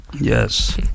Yes